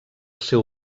seu